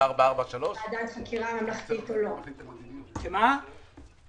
אנחנו ממתינים לראות מה יחליטו קובעי המדיניות,